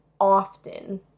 often